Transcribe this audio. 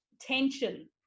tension